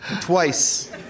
twice